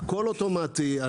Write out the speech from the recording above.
הכול אוטומטי,